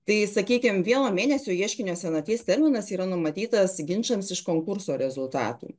tai sakykim vieno mėnesio ieškinio senaties terminas yra numatytas ginčams iš konkurso rezultatų